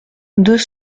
deux